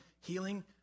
healing